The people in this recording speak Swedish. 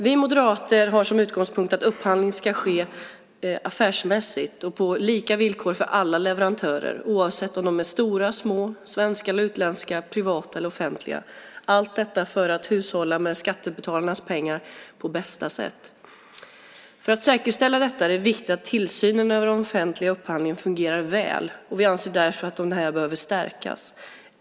Vi moderater har som utgångspunkt att upphandling ska ske affärsmässigt och på lika villkor för alla leverantörer, oavsett om de är stora eller små, svenska eller utländska, privata eller offentliga, allt detta för att hushålla med skattebetalarnas pengar på bästa sätt. För att säkerställa detta är det viktigt att tillsynen över den offentliga upphandlingen fungerar väl, och vi anser därför att denna behöver stärkas.